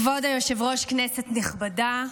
כבוד היושב-ראש, כנסת נכבדה,